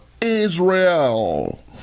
Israel